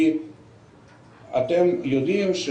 כי אתם יודעים,